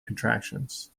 contractions